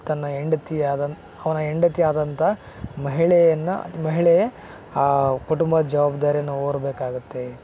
ತನ್ನ ಹೆಂಡತಿ ಆದ ಅವನ ಹೆಂಡತಿ ಆದಂತ ಮಹಿಳೆಯನ್ನು ಮಹಿಳೆ ಆ ಕುಟುಂಬದ ಜವಾಬ್ದಾರಿಯನ್ನು ಹೊರ್ಬೇಕಾಗುತ್ತೆ